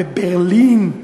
בברלין.